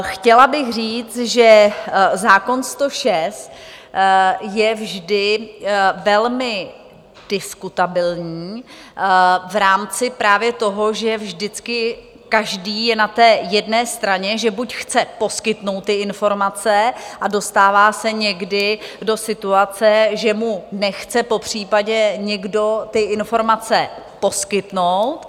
Chtěla bych říct, že zákon 106 je vždy velmi diskutabilní v rámci právě toho, že vždycky každý je na té jedné straně, že buď chce poskytnout ty informace, a dostává se někdy do situace, že mu nechce popřípadě někdo ty informace poskytnout.